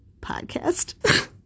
Podcast